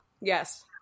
yes